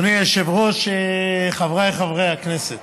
אדוני היושב-ראש, חבריי חברי הכנסת,